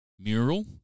mural